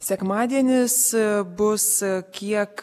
sekmadienis bus kiek